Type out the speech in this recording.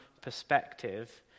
perspective